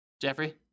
jeffrey